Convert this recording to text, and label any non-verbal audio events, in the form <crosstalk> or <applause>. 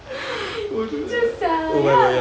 <breath> kecoh sia ya